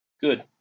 Good